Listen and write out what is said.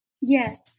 Yes